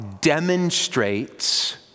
demonstrates